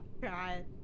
god